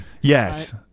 Yes